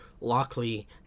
Lockley